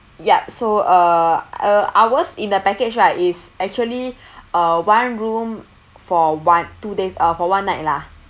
ya so uh uh ours in the package right is actually uh one room for one two days uh for one night lah